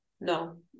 no